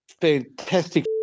fantastic